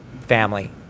family